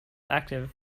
active